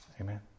Amen